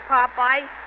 Popeye